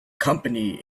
company